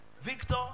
Victor